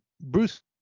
Bruce